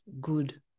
good